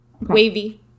Wavy